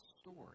story